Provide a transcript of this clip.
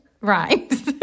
rhymes